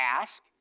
Ask